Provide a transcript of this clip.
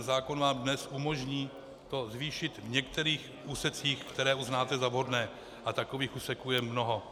Zákon vám dnes umožní to zvýšit v některých úsecích, které uznáte za vhodné, a takových úseků je mnoho.